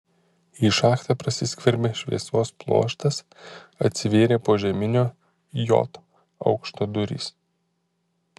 į šachtą prasiskverbė šviesos pluoštas atsivėrė požeminio j aukšto durys